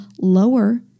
lower